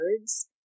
words